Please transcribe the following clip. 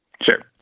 Sure